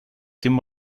dem